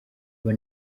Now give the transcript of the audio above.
aba